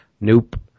Nope